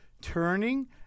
turning-